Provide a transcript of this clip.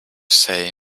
say